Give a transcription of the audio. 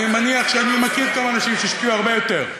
אני מכיר כמה אנשים שהשקיעו הרבה יותר.